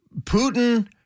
Putin